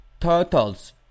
Turtles